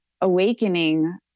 awakening